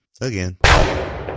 Again